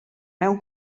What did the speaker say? mewn